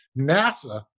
NASA